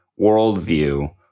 worldview